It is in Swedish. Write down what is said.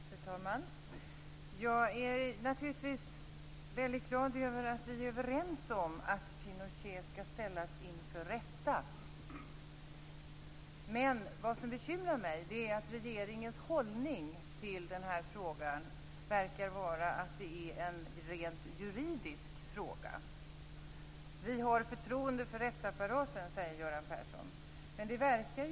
Fru talman! Jag är naturligtvis väldigt glad över att vi är överens om att Pinochet skall ställas inför rätta, men vad som bekymrar mig är att regeringens hållning i den här frågan verkar vara att det är en rent juridisk fråga. Vi har förtroende för rättsapparaten, säger Göran Persson.